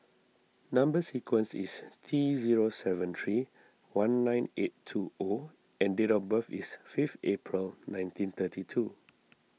Number Sequence is T zero seven three one nine eight two O and date of birth is fifth April nineteen thirty two